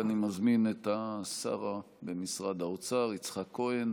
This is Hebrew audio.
ואני מזמין את השר במשרד האוצר יצחק כהן